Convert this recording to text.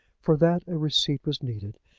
for that a receipt was needed,